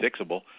fixable